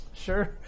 Sure